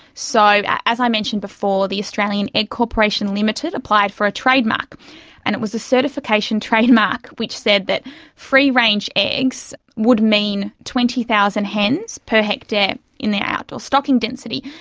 so, as i mentioned before, the australian egg corporation ltd applied for a trademark and it was a certification trademark which said that free range eggs would mean twenty thousand hens per hectare in the outdoor stocking density.